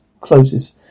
closes